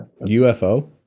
UFO